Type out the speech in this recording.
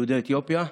יהודי אתיופיה.